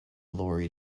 lorry